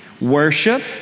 Worship